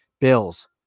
Bills